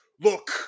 Look